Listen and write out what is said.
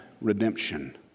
redemption